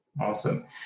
Awesome